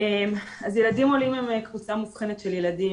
ילדים עולים הם קבוצה מובחנת של ילדים,